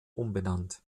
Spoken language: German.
umbenannt